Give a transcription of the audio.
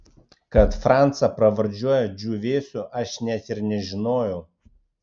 kad francą pravardžiuoja džiūvėsiu aš net ir nežinojau